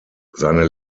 seine